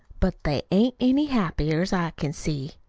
but they ain't any happier, as i can see.